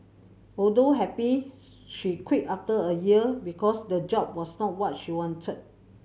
although happy she quit after a year because the job was not what she wanted